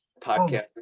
podcast